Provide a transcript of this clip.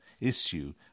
issue